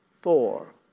four